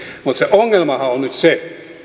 mutta se ongelmahan on nyt se